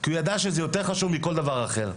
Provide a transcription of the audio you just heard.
כי הוא ידע שזה יותר חשוב מכל דבר אחר.